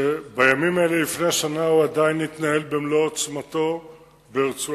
כשבימים אלה לפני שנה הוא עדיין התנהל במלוא עוצמתו ברצועת-עזה.